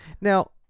Now